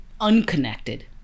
unconnected